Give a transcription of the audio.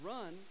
Run